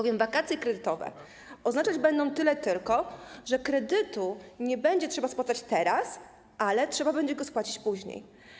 Wakacje kredytowe oznaczać będą bowiem tyle tylko, że kredytu nie będzie trzeba spłacać teraz, ale trzeba będzie go spłacić później.